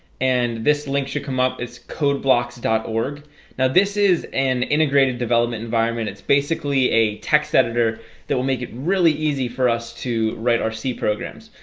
and this link should come up. it's code blocks org now this is an integrated development environment it's basically a text editor that will make it really easy for us to write our c programs.